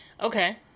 Okay